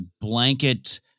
blanket